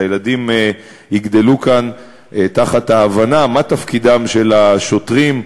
שהילדים יגדלו כאן בהבנה מה תפקידם של השוטרים,